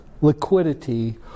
liquidity